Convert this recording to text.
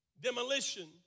demolition